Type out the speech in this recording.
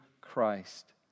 Christ